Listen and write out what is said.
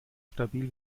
stabil